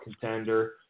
contender